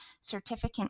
certificate